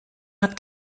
hat